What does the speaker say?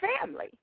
family